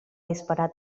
disparar